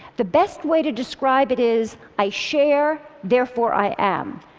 the best way to describe it is, i share therefore i am.